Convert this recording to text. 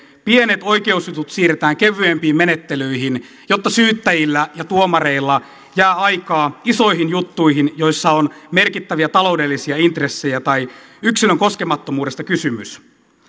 pienet oikeusjutut siirretään kevyempiin menettelyihin jotta syyttäjillä ja tuomareilla jää aikaa isoihin juttuihin joissa on merkittäviä taloudellisia intressejä tai yksilön koskemattomuudesta kysymys